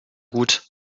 gut